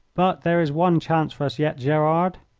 but there is one chance for us yet, gerard.